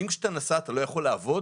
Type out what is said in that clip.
האם כשאתה נשא אתה אלא יכול לעבוד?